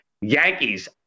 Yankees